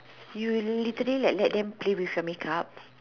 you literally like let them play with your make up